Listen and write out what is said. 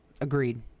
Agreed